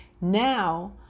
Now